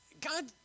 God